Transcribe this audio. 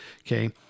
okay